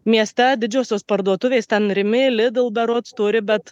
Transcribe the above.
mieste didžiosios parduotuvės ten rimi lidl berods turi bet